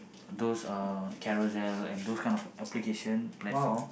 those uh Carousell and those kind of application platform